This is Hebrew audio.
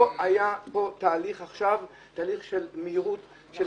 לא היה פה עכשיו תהליך של חיפזון.